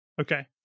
Okay